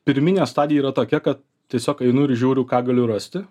pirminė stadija yra tokia kad tiesiog einu ir žiūriu ką galiu rasti